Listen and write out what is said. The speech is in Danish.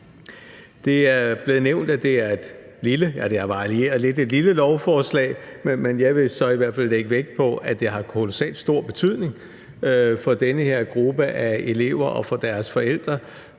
det er et lille – ja, det har varieret lidt – lovforslag, men jeg vil så i hvert fald lægge vægt på, at det har kolossal stor betydning for den her gruppe af elever og for deres forældre,